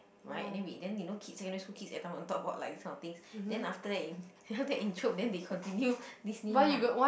right then we then you know kids secondary school kids every time want to talk about like this kind of things then after that in after that in then they continue this name lah